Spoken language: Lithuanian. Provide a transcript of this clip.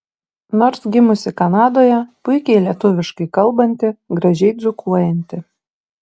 nors gimusi kanadoje puikiai lietuviškai kalbanti gražiai dzūkuojanti